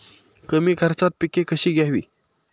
कमी खर्चात पिके कशी घ्यावी?